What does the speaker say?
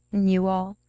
you all,